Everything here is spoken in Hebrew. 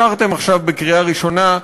אישרתם עכשיו בקריאה ראשונה,